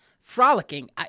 frolicking